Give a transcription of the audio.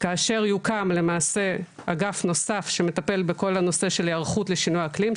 כאשר יוקם למעשה אגף נוסף שמטפל בכל הנושא של היערכות לשינוי האקלים,